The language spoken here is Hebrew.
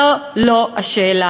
זו לא השאלה.